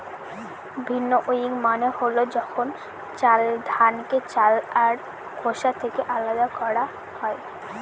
ভিন্নউইং মানে হল যখন ধানকে চাল আর খোসা থেকে আলাদা করা হয়